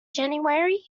january